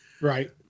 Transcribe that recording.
Right